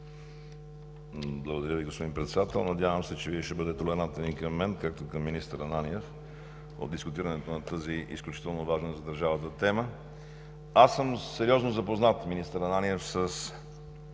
Благодаря, господин Председател. Надявам се, че ще бъдете толерантен и към мен, както към министър Ананиев по дискутирането на тази изключително важна за държавата тема. Аз съм сериозно запознат, министър Ананиев, с